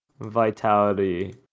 Vitality